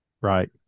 Right